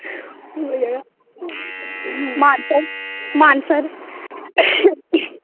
ठीक ऐ मानसर मानसर